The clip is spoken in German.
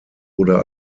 oder